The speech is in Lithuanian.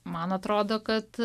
man atrodo kad